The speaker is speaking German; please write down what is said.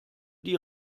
die